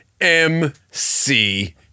MC